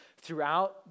throughout